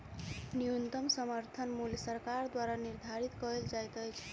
न्यूनतम समर्थन मूल्य सरकार द्वारा निधारित कयल जाइत अछि